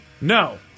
No